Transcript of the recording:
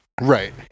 Right